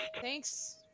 Thanks